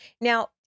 Now